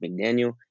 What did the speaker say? McDaniel